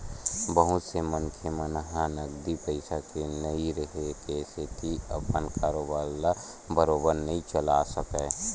बहुत से मनखे मन ह नगदी पइसा के नइ रेहे के सेती अपन कारोबार ल बरोबर नइ चलाय सकय